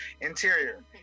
Interior